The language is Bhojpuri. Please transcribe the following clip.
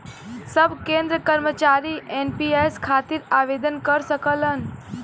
सब केंद्र कर्मचारी एन.पी.एस खातिर आवेदन कर सकलन